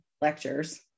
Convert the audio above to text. lectures